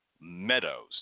Meadows